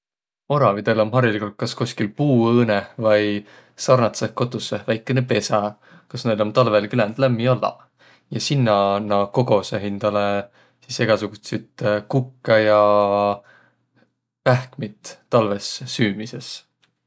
Oravidõl om hariligult kas koskil puuõõnõh vai sarnatsõh kotussõh väikene pesä, kos näil om talvõl küländ lämmi ollaq. Ja sinnäq nä kogosõq sis hindäle egäsugutsit kukkõ ja pähkmit talvõs süümises.